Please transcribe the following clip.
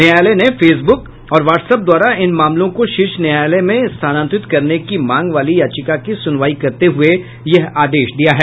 न्यायालय ने फेसबुक और व्हाट्सएप द्वारा इन मामलों को शीर्ष न्यायालय में स्थानांतरित करने की मांग वाली याचिका की सुनवाई करते हुए यह आदेश दिया है